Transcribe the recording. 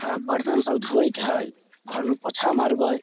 सब बर्तन सब धोयैके हइ घरमे पोछा मारबै